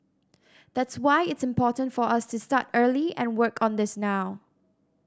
that's why it's important for us to start early and work on this now